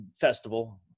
festival